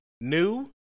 new